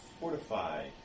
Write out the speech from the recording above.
fortify